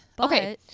Okay